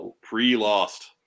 Pre-lost